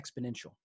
exponential